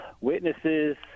witnesses